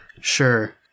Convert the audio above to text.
Sure